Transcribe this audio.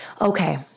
okay